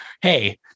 hey